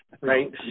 Right